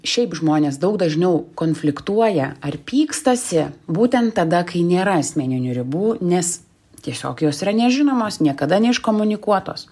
šiaip žmonės daug dažniau konfliktuoja ar pykstasi būtent tada kai nėra asmeninių ribų nes tiesiog jos yra nežinomos niekada neiškomunikuotos